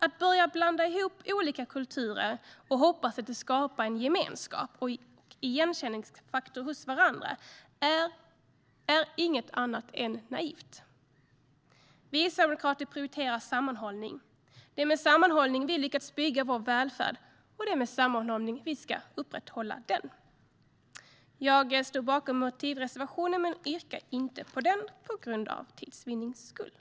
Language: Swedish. Att börja blanda ihop olika kulturer och hoppas att det skapar en gemenskap och en igenkänningsfaktor hos varandra är inget annat än naivt. Vi sverigedemokrater prioriterar sammanhållning. Det är med sammanhållning vi lyckats bygga vår välfärd, och det är med sammanhållning vi ska upprätthålla den. Jag står bakom motivreservationen men yrkar inte bifall till den för tids vinnande.